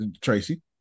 Tracy